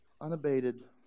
unabated